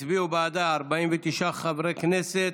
הצביעו 49 חברי כנסת,